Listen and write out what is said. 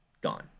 gone